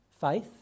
faith